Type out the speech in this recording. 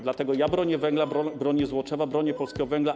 Dlatego ja bronię węgla, bronię Złoczewa, bronię polskiego węgla.